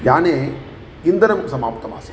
याने इन्धनं समाप्तम् आसीत्